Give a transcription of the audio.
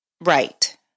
right